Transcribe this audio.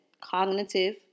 cognitive